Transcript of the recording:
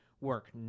work